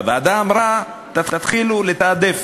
הוועדה אמרה: תתחילו לתעדף,